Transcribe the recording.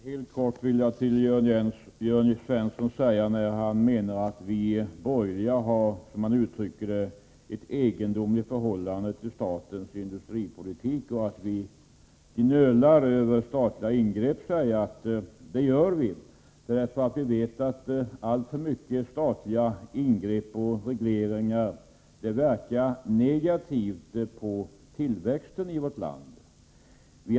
Herr talman! Jörn Svensson menar att vi borgerliga har - som han uttryckte det — ett egendomligt förhållande till statens industripolitik och att vi gnölar över statliga ingrepp. Låt mig helt kort säga att vi gör det därför att vi vet att alltför mycket av statliga ingrepp och regleringar verkar negativt på tillväxten i vårt lands näringsliv.